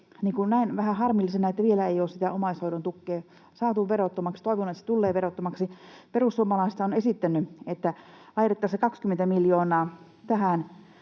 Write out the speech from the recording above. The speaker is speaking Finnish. että vielä ei ole sitä omaishoidon tukea saatu verottomaksi. Toivon, että se tulee verottomaksi. Perussuomalaisethan ovat esittäneet, että laitettaisiin se 20 miljoonaa tähän,